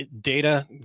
data